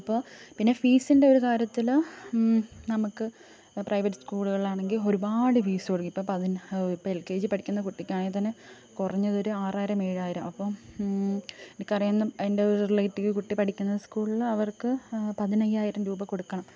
അപ്പോൾ പിന്നെ ഫീസിൻ്റെ ഒരു കാര്യത്തിൽ നമുക്ക് പ്രൈവറ്റ് സ്കൂളുകളിൽ ആണെങ്കിൽ ഒരുപാട് ഫീസ് തുടങ്ങി ഇപ്പോൾ പതിനായിരം ഇപ്പോൾ എൽ കെ ജി പഠിക്കുന്ന കുട്ടിക്കാണങ്കിൽ തന്നെ കുറഞ്ഞതൊരു ആറായിരം ഏഴായിരം അപ്പോൾ എനിക്കറിയുന്ന എൻ്റെ ഒരു റിലേറ്റീവ് കുട്ടി പഠിക്കുന്ന സ്കൂളിൽ അവർക്ക് പതിനയ്യായിരം രൂപ കൊടുക്കണം